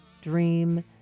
dream